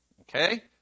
okay